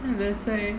that's why